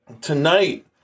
tonight